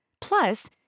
Plus